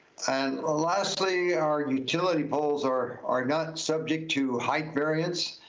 and ah lastly, our utility poles are our nut subject to height variance.